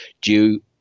due